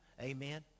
Amen